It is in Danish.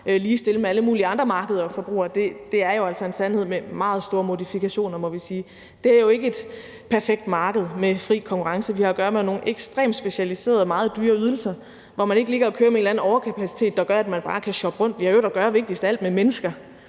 ligestille med alle mulige andre markeder og forbrugere, er en sandhed med meget store modifikationer, må vi sige. Det her er ikke et perfekt marked med fri konkurrence, men vi har jo at gøre med nogle ekstremt specialiserede og meget dyre ydelser, hvor man ikke ligger og kører med en eller anden overkapacitet, der gør, at man bare kan shoppe rundt. Vi har i øvrigt – vigtigst af alt – at gøre med mennesker,